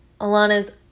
Alana's